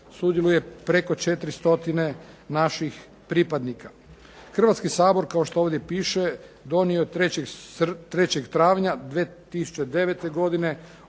sudjeluje preko 400 naših pripadnika. Hrvatski sabor kao što ovdje piše donio je 3. travnja 2009. godine